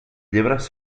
llibres